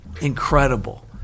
Incredible